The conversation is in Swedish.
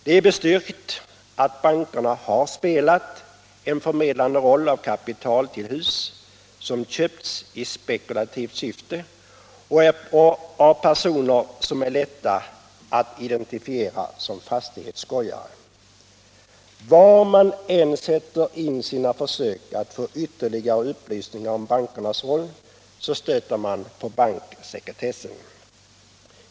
Det är bestyrkt att bankerna har spelat en förmedlande roll när det gäller kapital till hus som köpts i spekulativt syfte och av personer som är lätta att identifiera som fastighetsskojare. Var man än sätter in sina försök att få ytterligare upplysningar om bankernas roll stöter man på banksekretessen.